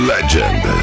Legend